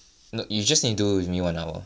no you just need do with me one hour